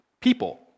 people